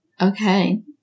Okay